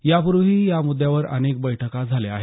या पूर्वीही या मुद्यावर अनेक बैठका झाल्या आहेत